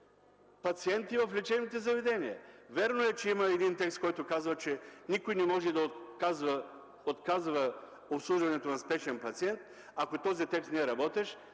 пациенти в лечебните заведения. Вярно е, че има един текст, който казва, че никой не може да отказва обслужването на спешен пациент – ако този текст не е работещ,